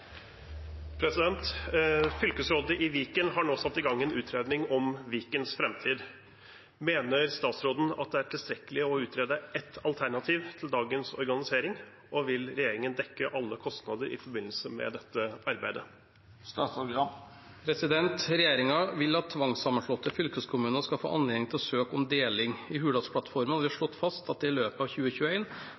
i Viken har nå satt i gang en utredning om Vikens fremtid. Mener statsråden at det er tilstrekkelig å utrede ett eneste alternativ til dagens organisering, og vil regjeringen dekke alle kostnader i forbindelse med dette arbeidet?» Regjeringen vil at tvangssammenslåtte fylkeskommuner skal få anledning til å søke om deling. I Hurdalsplattformen har vi slått fast at det i løpet av